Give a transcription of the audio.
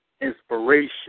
inspiration